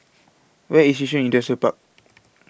Where IS Yishun Industrial Park